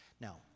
Now